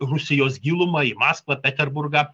rusijos gilumą į maskvą peterburgą